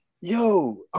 Yo